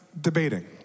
debating